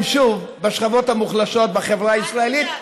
שוב בשכבות המוחלשות בחברה הישראלית,